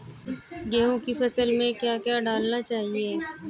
गेहूँ की फसल में क्या क्या डालना चाहिए?